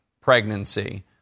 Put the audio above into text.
pregnancy